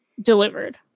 delivered